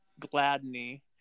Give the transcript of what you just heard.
Gladney